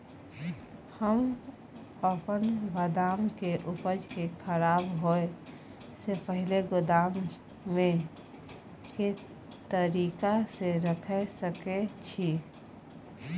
हम अपन बदाम के उपज के खराब होय से पहिल गोदाम में के तरीका से रैख सके छी?